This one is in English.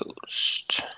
Ghost